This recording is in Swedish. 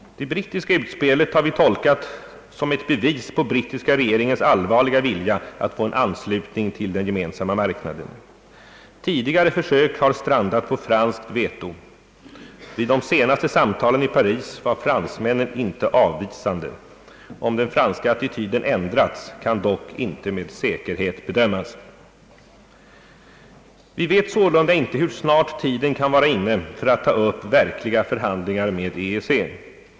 Det brittiska utspelet har vi tolkat som ett bevis på brittiska regeringens allvarliga vilja att få en anslutning till den gemensamma marknaden. Tidigare försök har strandat på franskt veto. Vid de senaste samtalen i Paris var fransmännen inte avvisande. Om den franska attityden ändrats kan dock inte med säkerhet bedömas. Vi vet sålunda inte hur snart tiden kan vara inne för att ta upp verkliga förhandlingar med EEC.